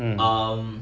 mm